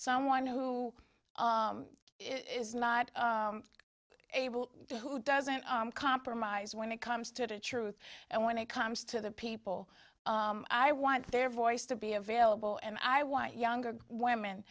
someone who is not able to who doesn't compromise when it comes to the truth and when it comes to the people i want their voice to be available and i want younger women